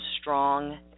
strong